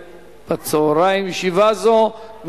אם כן, רבותי, הצעת החוק תועבר לוועדת